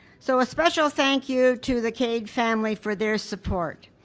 so a special thank you to the cade family for their support.